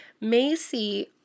Macy